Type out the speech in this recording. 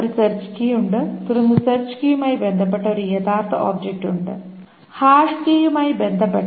ഒരു search key ഉണ്ട് തുടർന്ന് സെർച്ച് കീയുമായി ബന്ധപ്പെട്ട ഒരു യഥാർത്ഥ ഒബ്ജക്റ്റ് ഉണ്ട് ഹാഷ് കീയുമായി ബന്ധപ്പെട്ട